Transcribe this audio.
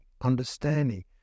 understanding